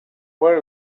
where